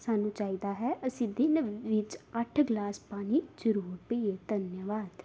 ਸਾਨੂੰ ਚਾਹੀਦਾ ਹੈ ਅਸੀਂ ਦਿਨ ਵਿੱਚ ਅੱਠ ਗਿਲਾਸ ਪਾਣੀ ਜ਼ਰੂਰ ਪੀਏ ਧੰਨਵਾਦ